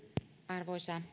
arvoisa